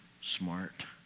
smart